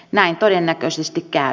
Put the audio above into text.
näin todennäköisesti käy